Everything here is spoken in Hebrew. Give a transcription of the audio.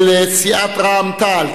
של סיעת רע"ם-תע"ל,